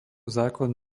zákon